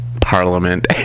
parliament